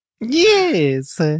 Yes